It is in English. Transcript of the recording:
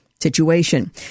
situation